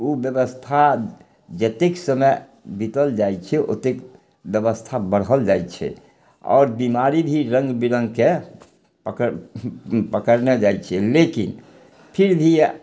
ओ व्यवस्था जतेक समय बीतल जाइ छै ओतेक व्यवस्था बढ़ल जाइ छै आओर बीमारी भी रङ्ग बिरङ्गके पकड़ पकड़ने जाइ छै लेकिन फिर भी